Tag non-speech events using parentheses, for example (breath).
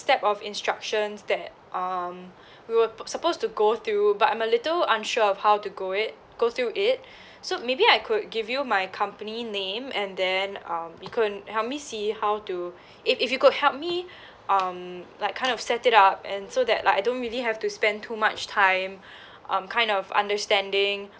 step of instructions that um we were p~ supposed to go through but I'm a little unsure of how to go it go through it so maybe I could give you my company name and then um you could help me see how to if if you could help me um like kind of set it up and so that like I don't really have to spend too much time (breath) um kind of understanding